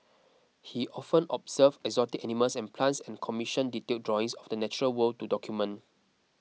he often observed exotic animals and plants and commissioned detailed drawings of the natural world to document